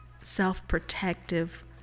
self-protective